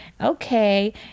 Okay